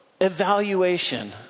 evaluation